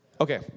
okay